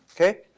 okay